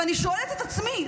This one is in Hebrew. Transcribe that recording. ואני שואלת את עצמי,